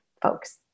folks